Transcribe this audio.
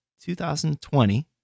2020